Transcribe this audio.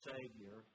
Savior